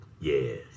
Yes